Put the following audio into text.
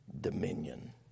dominion